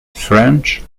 french